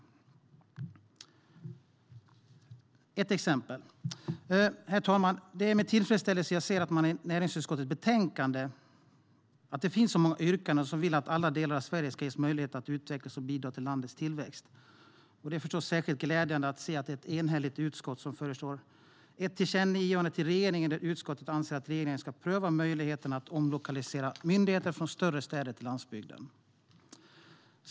Detta är ett exempel. Herr talman! Det är med tillfredsställelse jag ser att det i näringsutskottets betänkande finns så många yrkanden där man vill att alla delar av Sverige ska ges möjlighet att utvecklas och bidra till landets tillväxt. Det är förstås särskilt glädjande att se att det är ett enhälligt utskott som föreslår ett tillkännagivande till regeringen där utskottet anser att regeringen ska pröva möjligheterna att omlokalisera myndigheter från större städer till landsbygden.